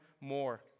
more